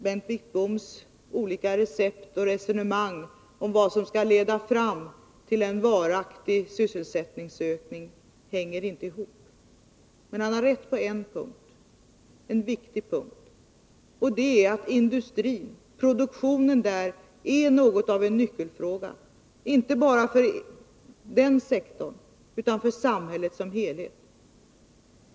Bengt Wittboms olika recept och resonemang om vad som skulle leda fram till en viktig sysselsättningsökning hänger inte ihop. Men han har rätt på en punkt, en viktig punkt. Det gäller att produktionen i industrin är något av en nyckelfråga inte bara för den sektorn utan för samhället som helhet.